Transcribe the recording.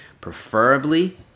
preferably